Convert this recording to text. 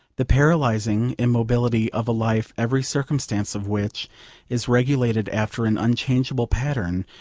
the paralysing immobility of a life every circumstance of which is regulated after an unchangeable pattern,